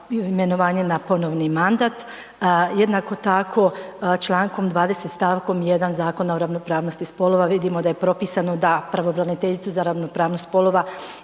imenovanje na ponovni mandat. Jednako tako čl. 20. st. 1. Zakona o ravnopravnosti spolova vidimo da je propisano da pravobraniteljicu za ravnopravnost spolova